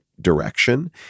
Direction